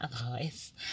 otherwise